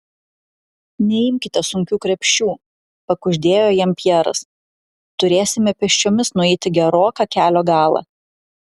neimkite sunkių krepšių pakuždėjo jam pjeras turėsime pėsčiomis nueiti geroką kelio galą